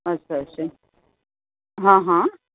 અચ્છા અચ્છા હાં હાં